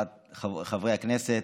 חברי הכנסת,